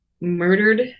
murdered